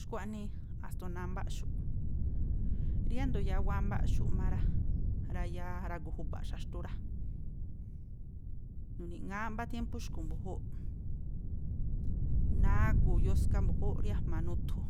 Xkua̱ꞌnii a̱sndo̱o námbáꞌxu̱ꞌ. Riándo̱ yáá wámbáꞌxu̱ꞌ má rá, rayá, ragu̱ ju̱ba̱ꞌ xaxtu rá, nu̱ni̱ꞌŋááꞌ mbá tiémpú xkui̱ mbu̱júúꞌ, nagu̱u̱ yoska mbu̱júúꞌ rí a̱jma̱ nuthu.